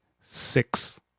six